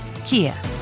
Kia